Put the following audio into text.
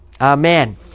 Amen